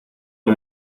que